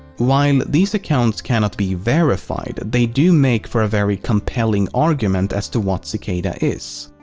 while these accounts cannot be verified they do make for a very compelling argument as to what cicada is.